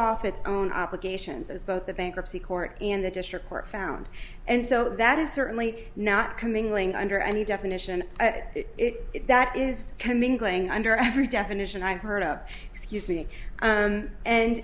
off its own obligations as both the bankruptcy court in the district court found and so that is certainly not coming lng under any definition that is coming going under every definition i've heard of excuse me and